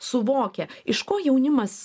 suvokia iš ko jaunimas